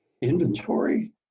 inventory